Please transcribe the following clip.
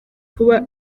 kuba